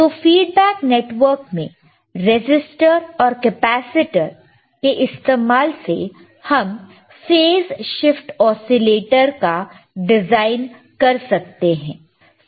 तो feedback network में resistor और कैपेसिटर के इस्तेमाल से हम फेस शिफ्ट ओसीलेटर का डिजाइन कर सकते हैं